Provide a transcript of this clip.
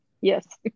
Yes